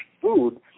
food